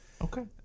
Okay